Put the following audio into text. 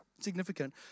significant